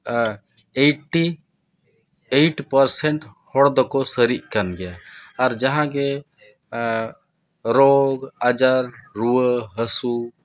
eighty eight percent ᱦᱚᱲ ᱫᱚᱠᱚ ᱥᱟᱹᱨᱤᱜ ᱠᱟᱱ ᱜᱮᱭᱟ ᱟᱨ ᱡᱟᱦᱟᱸ ᱜᱮ ᱨᱳᱜᱽ ᱟᱡᱟᱨ ᱨᱩᱣᱟᱹ ᱦᱟᱹᱥᱩ